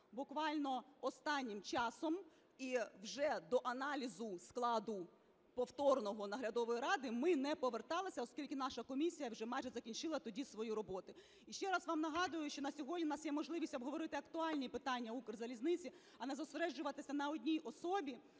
буквально останнім часом, і вже до аналізу складу повторного наглядової ради ми не поверталися, оскільки наша комісія вже майже закінчила тоді свою роботу. Ще раз вам нагадую, що на сьогодні у нас є можливість обговорити актуальні питання Укрзалізниці, а не зосереджуватись на одній особі,